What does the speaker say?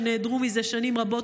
שנעדרו זה שנים רבות,